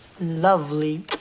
lovely